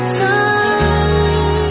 time